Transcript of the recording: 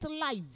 life